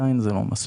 זה עדיין לא מספיק.